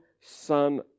son